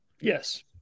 Yes